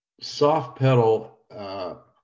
soft-pedal